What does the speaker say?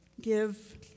give